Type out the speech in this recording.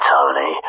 Tony